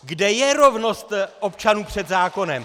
Kde je rovnost občanů před zákonem?